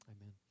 Amen